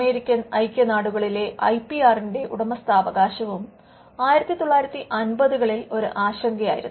American ഐക്യനാടുകളിലെ ഐപിആറിന്റെ ഉടമസ്ഥാവകാശവും 1950 കളിൽ ഒരു ആശങ്കയായിരുന്നു